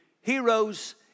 heroes